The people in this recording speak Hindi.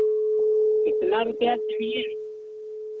कितना रुपैया चाहिए